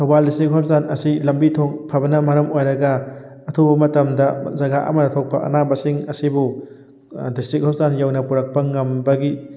Thoubal district hospital ꯑꯁꯤ ꯂꯝꯕꯤ ꯊꯣꯡ ꯐꯕꯅ ꯃꯔꯝ ꯑꯣꯏꯔꯒ ꯑꯊꯨꯕ ꯃꯇꯝꯗ ꯖꯒꯥ ꯑꯃꯗ ꯊꯣꯛꯄ ꯑꯅꯥꯕꯁꯤꯡ ꯑꯁꯤꯕꯨ ꯗꯤꯁꯇ꯭ꯔꯤꯛ ꯍꯣꯁꯄꯤꯇꯥꯜ ꯌꯧꯅ ꯄꯨꯔꯛꯄ ꯉꯝꯕꯒꯤ